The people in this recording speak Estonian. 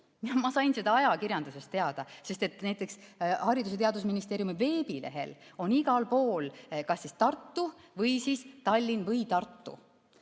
Ma sain seda ajakirjandusest teada, sest näiteks Haridus- ja Teadusministeeriumi veebilehel on igal pool kas Tartu või siis Tallinn või Tartu.